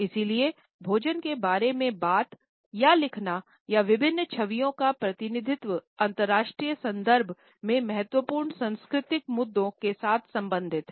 इसलिए भोजन के बारे में बात या लिखना या विभिन्न छवियों का प्रतिनिधित्व अंतर्राष्ट्रीय संदर्भ में महत्वपूर्ण सांस्कृतिक मुद्दों के साथ संबंधित हैं